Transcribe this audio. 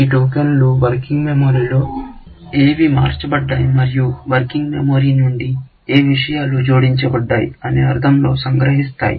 ఈ టోకెన్లు వర్కింగ్ మెమరీలో ఏవి మార్చబడ్డాయి మరియు వర్కింగ్ మెమరీ నుండి ఏ విషయాలు జోడించబడ్డాయి అనే అర్థంలో సంగ్రహిస్తాయి